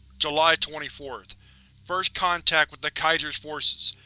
july twenty fourth first contact with the kaiser's forces!